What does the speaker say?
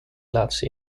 laatste